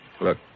Look